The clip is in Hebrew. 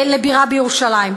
לבירה בירושלים.